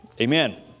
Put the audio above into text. Amen